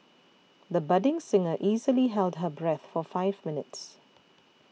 the budding singer easily held her breath for five minutes